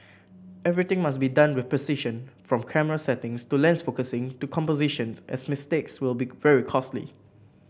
everything must be done with precision from camera settings to lens focusing to composition as mistakes will be very costly